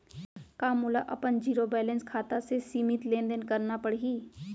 का मोला अपन जीरो बैलेंस खाता से सीमित लेनदेन करना पड़हि?